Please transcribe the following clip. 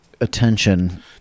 attention